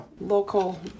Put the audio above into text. local